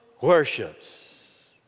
worships